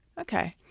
Okay